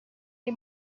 dei